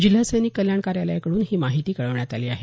जिल्हा सैनिक कल्याण कार्यालयाकडून ही माहिती कळवण्यात आली आहे